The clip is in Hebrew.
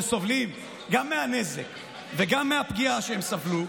שסובלים גם מהנזק וגם מהפגיעה שהם סבלו,